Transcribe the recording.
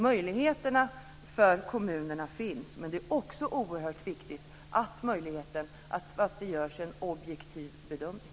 Möjligheterna för kommunerna finns, men det är också oerhört viktigt att det görs en objektiv bedömning.